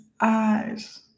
eyes